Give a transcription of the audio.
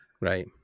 Right